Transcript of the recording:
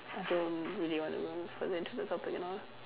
I don't really want to go further into the topic at all